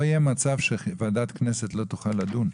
לא יהיה מצב שבו ועדת כנסת לא תוכל לדון,